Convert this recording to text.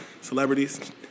celebrities